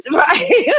right